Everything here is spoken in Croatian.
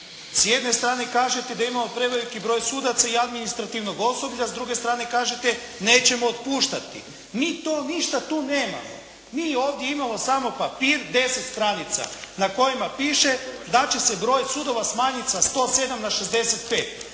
S jedne strane kažete da imamo preveliki broj sudaca i administrativnog osoblja. S druge strane nećemo otpuštati. Mi to ništa tu nemamo. Mi ovdje imamo samo papir 10 stranica na kojima piše da će se broj sudova smanjiti sa 107 na 65